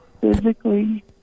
physically